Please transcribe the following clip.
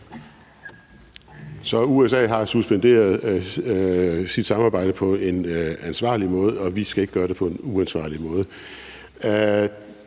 Så USA har suspenderet sit samarbejde på en ansvarlig måde, og vi skal ikke gøre det på en uansvarlig måde.